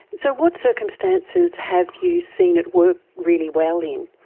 so what circumstances have you seen it work really well in?